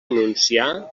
anunciar